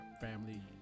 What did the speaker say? family